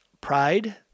pride